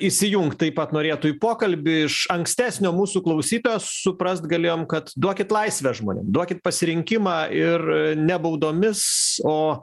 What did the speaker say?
įsijungt taip pat norėtų į pokalbį iš ankstesnio mūsų klausytojo suprast galėjom kad duokit laisvę žmonėm duokit pasirinkimą ir ne baudomis o